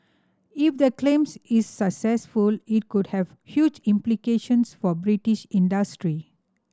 if the claims is successful it could have huge implications for British industry